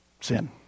sin